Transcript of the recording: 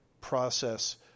process